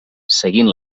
seguint